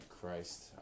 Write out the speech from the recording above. Christ